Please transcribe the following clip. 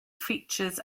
features